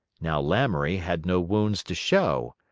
now lamoury had no wounds to show.